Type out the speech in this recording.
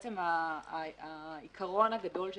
בעצם העיקרון הגדול של